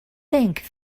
think